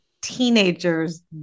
teenagers